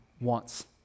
wants